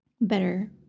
better